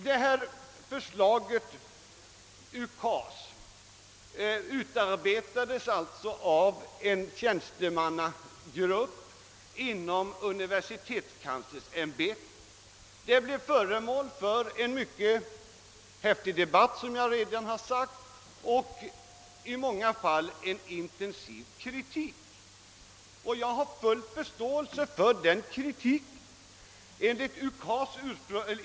UKAS-förslaget utarbetades alltså av en tjänstemannagrupp inom universitetskanslersämbetet, och det blev som sagt föremål för en mycket häftig debatt och i många fall en intensiv kritik. Jag har full förståelse för viss del av denna kritik.